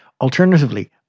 Alternatively